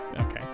Okay